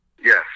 Yes